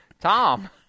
Tom